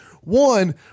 one